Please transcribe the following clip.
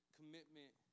commitment